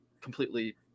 completely